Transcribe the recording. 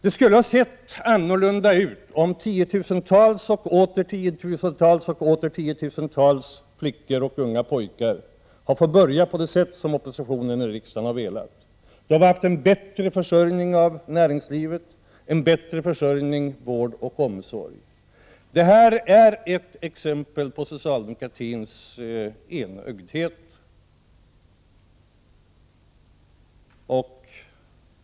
Det skulle i dag ha sett annorlunda ut om tiotusentals och åter tiotusentals unga flickor och unga pojkar hade fått börja på det sätt som oppositionen i riksdagen hade önskat. Det hade inneburit en bättre tillgång av arbetskraft till näringslivet och en bättre tillgång av utbildad arbetskraft i vården, vilket i sin tur skulle ha lett till bättre vård och omsorg. Det här är ett exempel på socialdemokratins enögdhet.